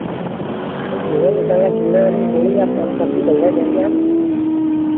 नहीं कीड़ा निकलना कीड़ा वाली थोड़ी आपको अब सब्ज़ी बढ़ियाँ देंगे हम